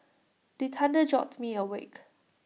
the thunder jolt me awake